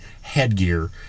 headgear